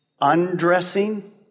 undressing